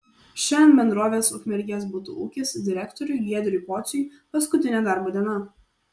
šiandien bendrovės ukmergės butų ūkis direktoriui giedriui pociui paskutinė darbo diena